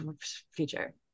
feature